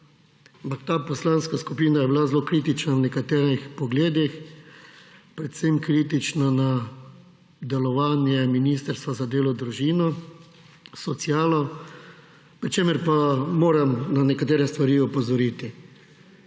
ta poslanska skupina je bila zelo kritična v nekaterih pogledih, predvsem kritična na delovanje Ministrstva za delo, družino, socialo, pri čemer pa moram na nekatere stvari opozoriti.